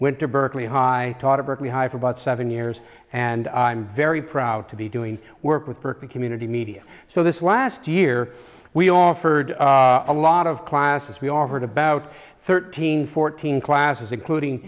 to berkeley high taught of berkeley high for about seven years and i'm very proud to be doing work with berkeley community media so this last year we offered a lot of classes we offered about thirteen fourteen classes including